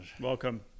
Welcome